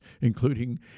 including